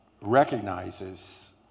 recognizes